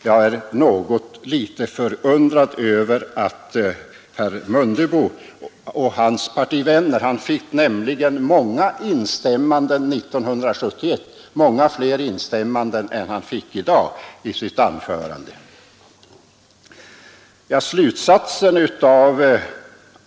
Jag är något litet förundrad över herr Mundebo och hans partivänners ändrade uppfattning; han fick nämligen många fler instämmanden i sitt anförande 1971 än vad han fick i dag.